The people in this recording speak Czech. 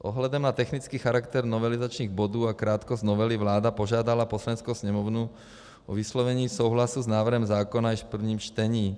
S ohledem na technický charakter novelizačních bodů a krátkost novely vláda požádala Poslaneckou sněmovnu o vyslovení souhlasu s návrhem zákona již v prvním čtení.